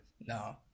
No